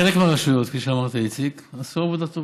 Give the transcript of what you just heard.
חלק מהרשויות, כפי שאמרת, איציק, עשו עבודה טובה,